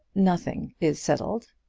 nothing is settled.